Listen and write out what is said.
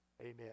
Amen